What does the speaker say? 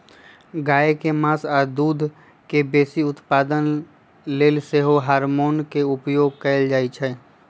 गाय के मास आऽ दूध के बेशी उत्पादन के लेल सेहो हार्मोन के उपयोग कएल जाइ छइ